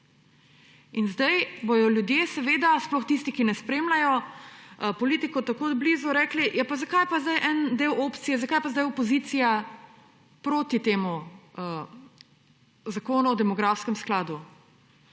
In zdaj bodo ljudje, sploh tisti, ki ne spremljajo politike tako od blizu, rekli, ja, zakaj je pa zdaj en del opcije, zakaj je pa zdaj opozicija proti temu zakonu o demografskem skladu.